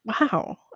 wow